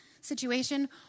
situation